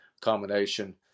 combination